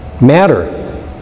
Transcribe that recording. Matter